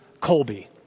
Colby